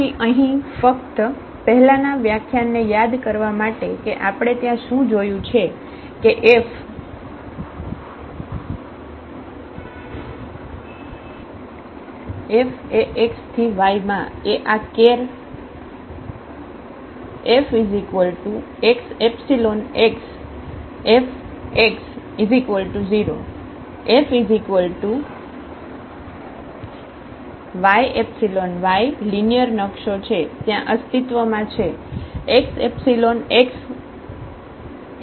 તેથી અહીં ફક્ત પહેલાનાં વ્યાખ્યાનને યાદ કરવા માટે કે આપણે ત્યાં શું જોયું છે કે FX→Y એ આ કેર Fx∈XFx0 અને Im Fy∈Yલિનિયર નકશો છે ત્યાં અસ્તિત્વમાં છે x∈XforwhichFxy